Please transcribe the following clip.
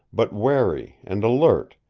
but wary and alert,